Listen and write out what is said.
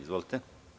Izvolite.